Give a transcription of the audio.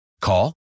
Call